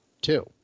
two